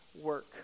work